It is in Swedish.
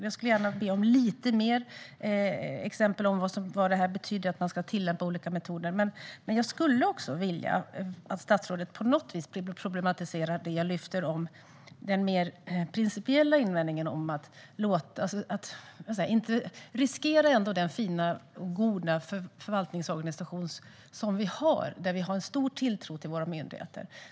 Jag skulle gärna be om lite mer exempel på vad det betyder att man ska tillämpa olika metoder. Jag skulle också vilja att statsrådet på något vis problematiserar det jag lyfter fram om den mer principiella invändningen att inte riskera den fina och goda förvaltningsorganisation vi har där vi har en stor tilltro till våra myndigheter.